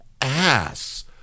ass